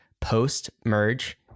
post-merge